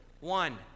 One